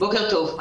בוקר טוב.